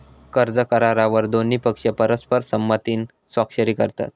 कर्ज करारावर दोन्ही पक्ष परस्पर संमतीन स्वाक्षरी करतत